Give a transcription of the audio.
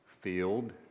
field